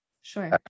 Sure